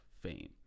fame